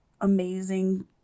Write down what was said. amazing